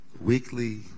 weekly